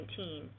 2019